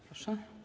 Proszę.